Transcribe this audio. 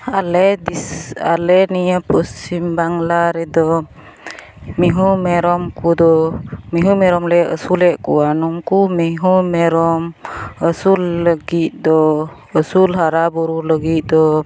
ᱟᱞᱮ ᱫᱤᱥᱟᱹ ᱟᱞᱮ ᱱᱤᱭᱟᱹ ᱯᱚᱥᱪᱤᱢ ᱵᱟᱝᱞᱟ ᱨᱮᱫᱚ ᱢᱤᱦᱩᱼᱢᱮᱨᱚᱢ ᱠᱚᱫᱚ ᱢᱤᱦᱩᱼᱢᱮᱨᱚᱢᱞᱮ ᱟᱹᱥᱩᱞᱮᱫ ᱠᱚᱣᱟ ᱱᱩᱝᱠᱚ ᱢᱤᱦᱩᱼᱢᱮᱨᱚᱢ ᱟᱹᱥᱩᱞ ᱞᱟᱹᱜᱤᱫ ᱫᱚ ᱟᱹᱥᱩᱞ ᱦᱟᱨᱟᱵᱩᱨᱩ ᱞᱟᱹᱜᱤᱫ ᱫᱚ